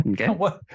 Okay